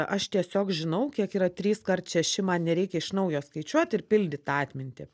aš tiesiog žinau kiek yra trys kart šeši man nereikia iš naujo skaičiuoti ir pildyt tą atmintį